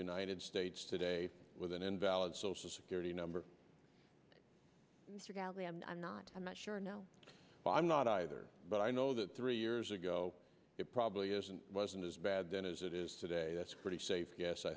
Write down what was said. united states today with an invalid social security number i'm not i'm not sure no i'm not either but i know that three years ago it probably isn't wasn't as bad then as it is today that's a pretty safe g